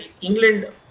England